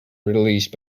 released